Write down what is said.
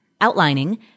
outlining